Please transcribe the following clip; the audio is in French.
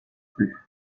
plus